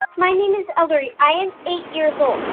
my name is ellory. i am eight years old.